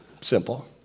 Simple